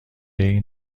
این